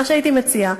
מה שהייתי מציעה,